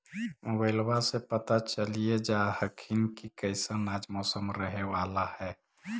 मोबाईलबा से पता चलिये जा हखिन की कैसन आज मौसम रहे बाला है?